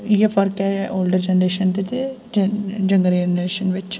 इ'यै फर्क ऐ ओल्डर जनरेशन च ते यंग यंगर जनरेशन बिच्च